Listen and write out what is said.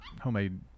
homemade